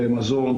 למזון,